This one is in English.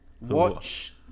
Watch